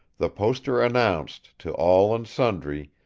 the poster announced, to all and sundry,